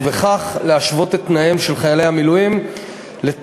ובכך להשוות את תנאיהם של חיילי המילואים לתנאיהם